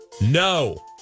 No